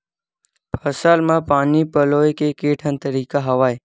फसल म पानी पलोय के केठन तरीका हवय?